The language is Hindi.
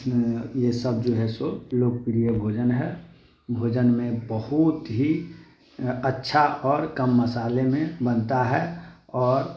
ये सब जो है सो लोकप्रिय भोजन है भोजन में बहुत ही अच्छा और कम मसाले में बनता है और